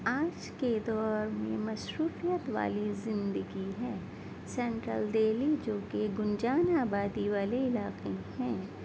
آج کے دور میں مصروفیت والی زندگی ہے سینٹرل دہلی جو کہ ایک گنجان آبادی والے علاقے ہیں